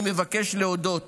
אני מבקש להודות